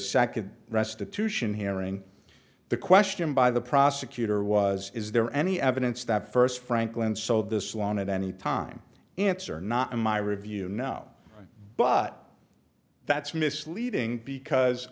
second restitution hearing the question by the prosecutor was is there any evidence that first franklin so this long at any time answer not in my review no but that's misleading because